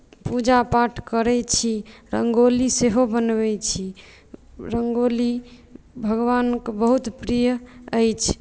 पूजा पाठ करैत छी रङ्गोली सेहो बनबैत छी रङ्गोली भगवानकेँ बहुत प्रिय अछि